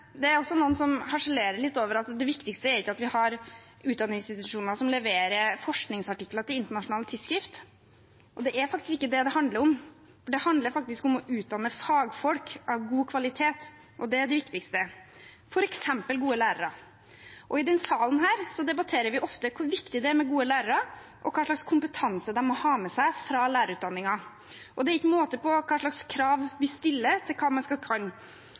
det er også noen som harselerer litt over at det viktigste ikke er at vi har utdanningsinstitusjoner som leverer forskningsartikler til internasjonale tidsskrift. Det er ikke det det handler om, det handler om å utdanne fagfolk av god kvalitet, og det er det viktigste – f.eks. gode lærere. I denne salen debatterer vi ofte hvor viktig det er med gode lærere, og hva slags kompetanse de må ha med seg fra lærerutdanningen, og det er ikke måte på hvilke krav vi stiller til hva man skal